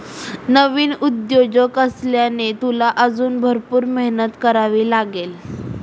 नवीन उद्योजक असल्याने, तुला अजून भरपूर मेहनत करावी लागेल